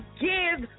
give